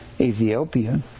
Ethiopia